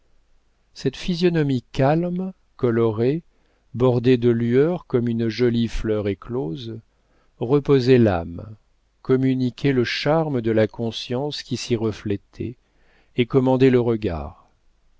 cette physionomie calme colorée bordée de lueur comme une jolie fleur éclose reposait l'âme communiquait le charme de la conscience qui s'y reflétait et commandait le regard